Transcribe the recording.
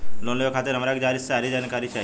Loan लेवे खातीर हमरा के सारी जानकारी चाही?